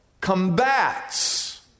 combats